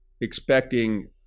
expecting